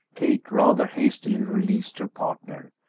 kate rather hastily released her partner,